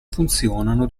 funzionano